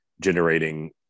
generating